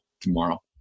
tomorrow